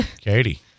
Katie